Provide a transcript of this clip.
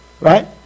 Right